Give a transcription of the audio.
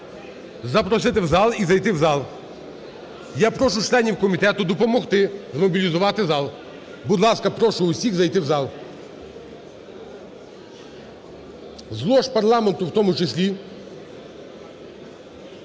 запросити в зал і зайти в зал. Я прошу членів комітету допомогти змобілізувати зал. Будь ласка, прошу всіх зайти в зал. З лож парламенту в тому числі.